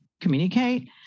communicate